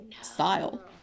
style